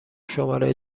شماره